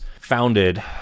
founded